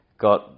got